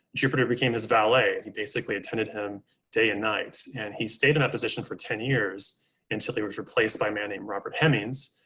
jupiter became his valet. he basically attended him day and night, and he stayed in that position for ten years until he was replaced by a man named robert hemings,